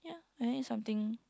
I want eat something